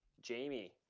Jamie